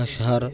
اشھر